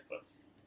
first